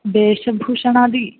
वेषभूषणादि